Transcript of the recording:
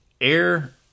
air